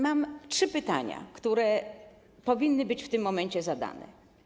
Mam tu trzy pytania, które powinny być w tym momencie zadane.